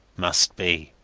must be.